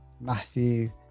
matthew